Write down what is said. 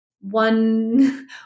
one